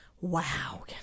wow